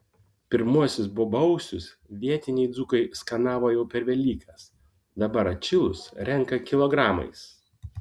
pirmuosius bobausius vietiniai dzūkai skanavo jau per velykas dabar atšilus renka kilogramais